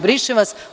Brišem vas.